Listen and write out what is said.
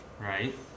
right